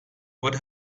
what